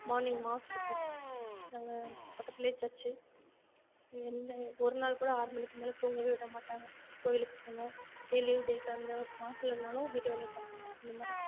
morning mass இருக்கும் நாங்கள் பக்கத்துலேயே சர்ச்சு எந்த ஒரு நாள் கூட ஆறு மணிக்கு மேலே தூங்கவே விட மாட்டாங்க கோயிலுக்கு போகணும் அப்படியே லீவு டேஸாக இருந்தால் மாஸ் இல்லைனாலும் வீட்டு வேலையை பார்க்கணும் அந்தமாதிரி